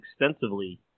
extensively